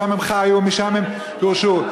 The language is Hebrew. שם הם חיו ומשם הם גורשו.